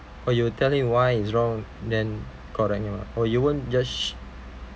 or you tell him why he's wrong then correct him uh or you won't judge